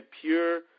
pure